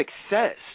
success